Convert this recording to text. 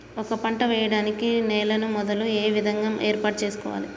ఒక పంట వెయ్యడానికి నేలను మొదలు ఏ విధంగా ఏర్పాటు చేసుకోవాలి?